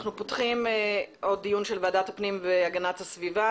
אנחנו פותחים עוד דיון של ועדת הפנים והגנת הסביבה,